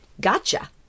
gotcha